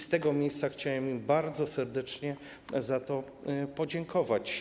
Z tego miejsca chciałem im bardzo serdecznie za to podziękować.